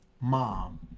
mom